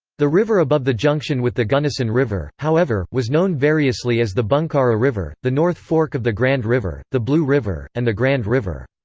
the river above the junction with the gunnison river, however, was known variously as the bunkara river, the north fork of the grand river, the blue river, and the grand river.